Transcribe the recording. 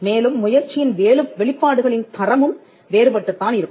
மேலும் முயற்சியின் வெளிப்பாடுகளின் தரமும் வேறுபட்டுத் தான் இருக்கும்